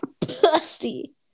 Pussy